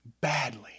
badly